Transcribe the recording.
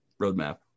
roadmap